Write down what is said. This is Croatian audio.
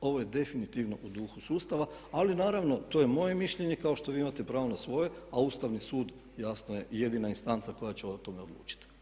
Ovo je definitivno u duhu sustava, ali naravno to je moje mišljenje kao što vi imate pravo na svoje, a Ustavni sud jasno je jedina istanca koja će o tome odlučiti.